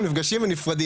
נפגשים ונפרדים.